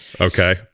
Okay